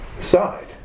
side